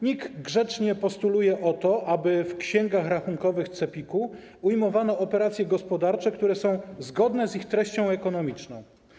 NIK grzecznie postuluje o to, aby w księgach rachunkowych CEPiK-u ujmowano operacje gospodarcze, które są zgodne z ich treścią ekonomiczną.